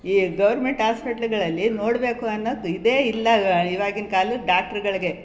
ಈ ಗೌರ್ಮೆಂಟ್ ಹಾಸ್ಪಿಟ್ಲುಗಳಲ್ಲಿ ನೋಡಬೇಕು ಅನ್ನೋದು ಇದೇ ಇಲ್ಲ ಇವಾಗಿನ ಕಾಲದ ಡಾಕ್ಟ್ರುಗಳಿಗೆ